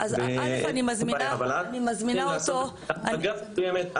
אבל הם צריכים לעשות החרגה מסוימת על